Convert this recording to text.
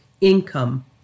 income